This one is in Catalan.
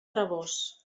rabós